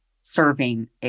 serving